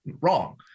wrong